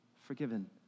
forgiven